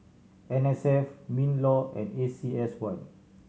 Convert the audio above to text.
N S F MinLaw and A C S Y